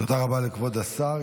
תודה רבה לכבוד השר.